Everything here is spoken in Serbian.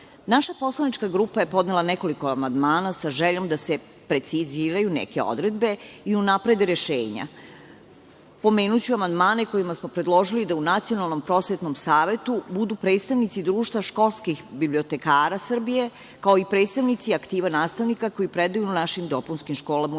poslanička grupa je podnela nekoliko amandmana sa željom da se preciziraju neke odredbe i unaprede rešenja. Pomenuću amandmane kojima smo predložili da u Nacionalnom prosvetnom savetu budu predstavnici društva školskih bibliotekara Srbije, kao i predstavnici aktiva nastavnika koji predaju u našim dopunskim školama u